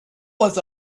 was